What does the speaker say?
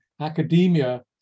academia